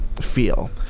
feel